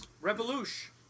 Revolution